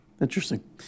Interesting